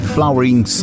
Flowering